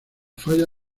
falla